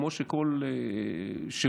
כמו בכל שירות.